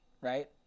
right